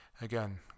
Again